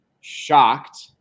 shocked